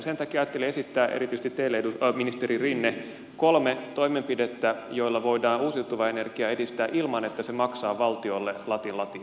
sen takia ajattelin esittää erityisesti teille ministeri rinne kolme toimenpidettä joilla voidaan uusiutuvaa energiaa edistää ilman että se maksaa valtiolle latin latia